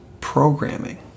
programming